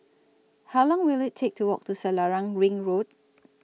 How Long Will IT Take to Walk to Selarang Ring Road